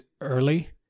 early